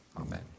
Amen